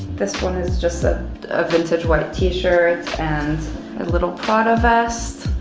this one is just a vintage white t-shirt and a little prada vest.